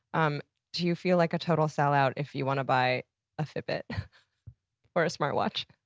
um do you feel like a total sell out if you want to buy a fitbit or a smartwatch?